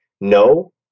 no